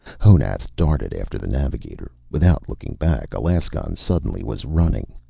honath darted after the navigator. without looking back, alaskon suddenly was running.